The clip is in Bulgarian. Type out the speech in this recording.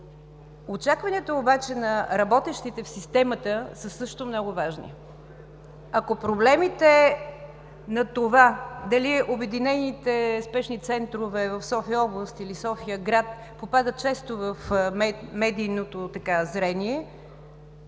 Очакванията на работещите в системата обаче са също много важни. Ако проблемите на това дали обединените спешни центрове в София-област или София-град попадат често в медийното зрение,